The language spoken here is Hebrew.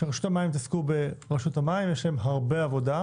שרשות המים יתעסקו ברשות המים, יש להם עבודה,